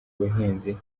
ubuhinzi